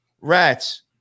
Rats